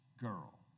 girl